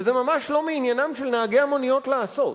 שזה ממש לא מעניינם של נהגי המוניות לעשות.